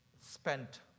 spent